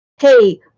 hey